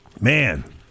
Man